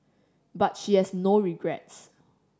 but she has no regrets